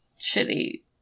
shitty